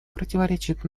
противоречит